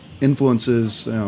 influences